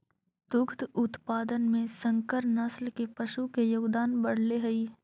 दुग्ध उत्पादन में संकर नस्ल के पशु के योगदान बढ़ले हइ